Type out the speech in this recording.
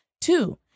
Two